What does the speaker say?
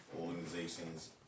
Organizations